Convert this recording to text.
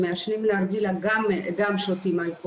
דברים שרצינו להיכנס לעומק בכל אחד מהנושאים הללו,